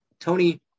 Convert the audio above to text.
Tony